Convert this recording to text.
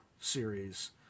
series